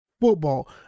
football